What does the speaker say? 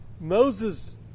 Moses